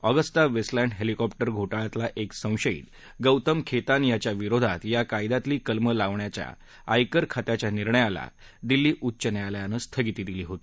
Augusta Westland helicopter उ घो क्रियातला एक संशयीत गौतम खेतान याच्या विरोधात या कायद्यातली कलमं लावण्याच्या आयकर खात्याच्या निर्णयाला दिल्ली उच्च न्यायालयानं स्थगिती दिली होती